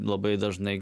labai dažnai